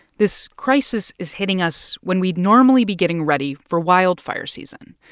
this crisis is hitting us when we'd normally be getting ready for wildfire season.